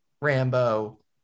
Rambo